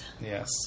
Yes